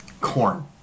corn